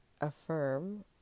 affirm